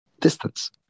distance